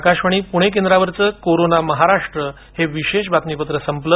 आकाशवाणी पुणे केंद्रावरचं कोरोना महाराष्ट्र हे विशेष बातमीपत्र संपलं